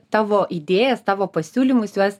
tavo idėjas tavo pasiūlymus juos